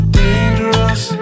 dangerous